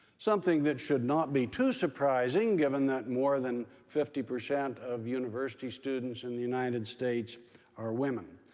something that should not be too surprising given that more than fifty percent of university students in the united states are women.